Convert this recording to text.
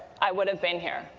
i would have been here.